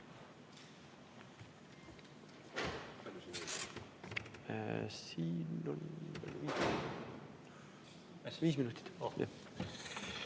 Viis minutit.